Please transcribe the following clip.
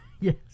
Yes